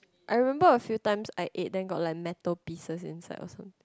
I remember a few times I ate then got like metal pieces inside also